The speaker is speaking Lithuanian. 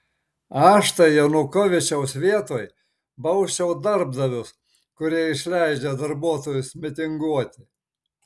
aš tai janukovyčiaus vietoj bausčiau darbdavius kurie išleidžia darbuotojus mitinguoti